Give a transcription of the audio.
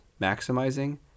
maximizing